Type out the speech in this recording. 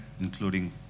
including